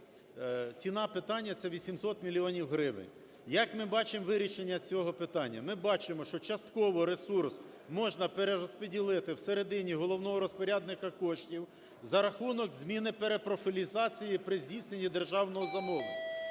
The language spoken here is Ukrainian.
ціна питання – це 800 мільйонів гривень. Як ми бачимо вирішення цього питання? Ми бачимо, що частково ресурс можна перерозподілити всередині головного розпорядника коштів за рахунок зміни перепрофілізації при здійсненні державного замовлення.